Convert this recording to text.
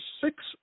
six